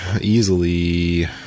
easily